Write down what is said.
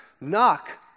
Knock